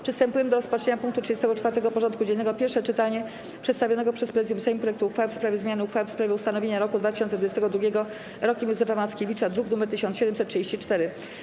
Przystępujemy do rozpatrzenia punktu 34. porządku dziennego: Pierwsze czytanie przedstawionego przez Prezydium Sejmu projektu uchwały w sprawie zmiany uchwały w sprawie ustanowienia roku 2022 Rokiem Józefa Mackiewicza (druk nr 1734)